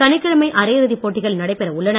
சனிக்கிழமை அரையிறுதிப் போட்டிகள் நடைபெற உள்ளன